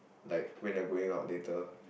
like when you're going out later